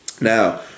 Now